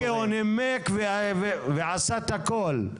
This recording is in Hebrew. בסדר, הוא נימק ועשה את הכול.